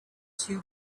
two